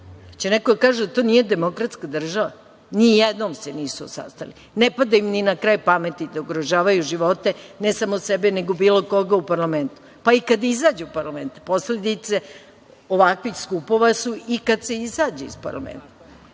Hoće neko da kaže da to nije demokratska država? Ni jednom se nisu sastali. Ne pada im ni na kraj pameti da ugrožavaju živote, ne samo sebe nego bilo koga u parlamentu. Pa i kad izađu, posledice ovakvih skupova su i kad se izađe iz parlamenta.A